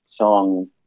song